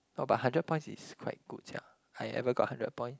oh but hundred points is quite good sia I ever got hundred point